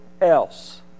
else